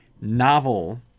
novel